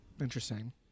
Interesting